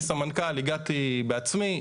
אני סמנכ"ל, הגעתי בעצמי.